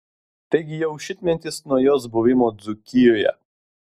taigi jau šimtmetis nuo jos buvimo dzūkijoje